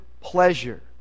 pleasure